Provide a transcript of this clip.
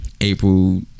April